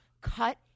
cut